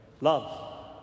love